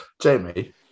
Jamie